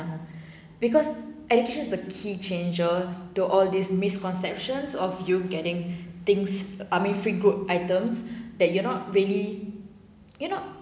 because education is the key changer to all these misconceptions of you getting things I mean free good items that you are not really you not